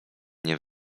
nie